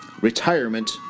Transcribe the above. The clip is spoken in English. Retirement